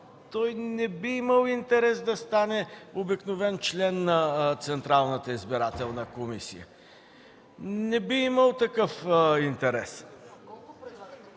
стаж, не би имал интерес да стане обикновен член на Централната избирателна комисия. Не би имал такъв интерес.